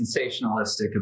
sensationalistic